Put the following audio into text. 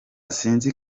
sinzi